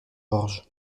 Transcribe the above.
orge